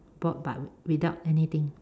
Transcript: board but without anything